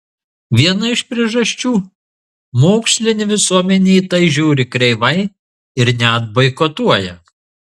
viena iš priežasčių mokslinė visuomenė į tai žiūri kreivai ir net boikotuoja